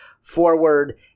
forward